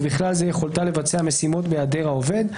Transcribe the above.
ובכלל זה יכולתה לבצע משימות בהיעדר העובד.